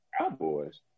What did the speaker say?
Cowboys